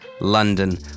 London